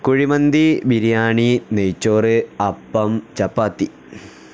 കുഴിമന്തി ബിരിയാണി നെയ്ച്ചോറ് അപ്പം ചപ്പാത്തി